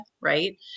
right